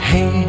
Hey